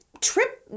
trip